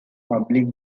public